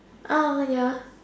oh ya